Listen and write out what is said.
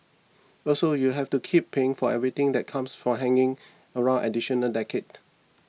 also you have to keep paying for everything that comes from hanging around additional decades